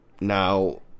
Now